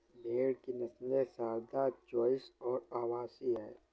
भेड़ की नस्लें सारदा, चोइस और अवासी हैं